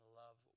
love